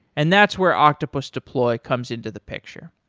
and that's where octopus deploy comes into the picture.